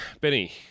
Benny